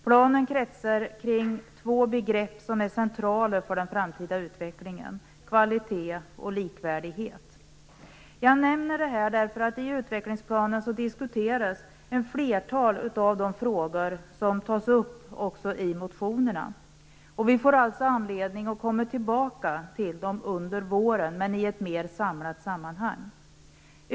Planen kretsar kring två begrepp som är centrala för den framtida utvecklingen, nämligen kvalitet och likvärdighet. Jag nämner detta, eftersom ett flertal av de frågor som diskuteras i utvecklingsplanen också tas upp i motionerna. Vi får alltså anledning att återkomma till dem under våren, men då mera samlat.